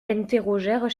interrogèrent